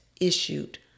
issued